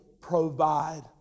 provide